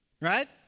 right